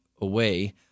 away